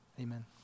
Amen